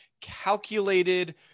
calculated